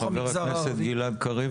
חבר הכנסת גלעד קריב,